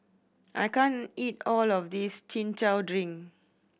I can't eat all of this Chin Chow drink